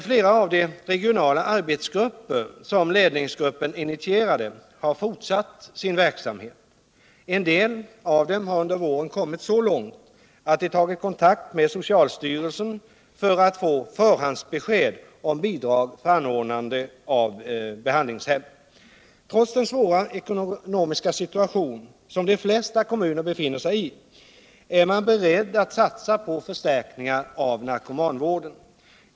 Flera av de regionala arbetsgrupper som ledningsgruppen initierade har fortsatt sin verksamhet. En del av dem har under våren kommit så långt att de tagit kontakt med socialstyrelsen för att få förhandsbesked om bidrag för anordnande av behandlingshem. Trots den svåra ekonomiska situation som de flesta kommuner befinner sig i är man beredd att satsa på förstärkningar av narkomanvården.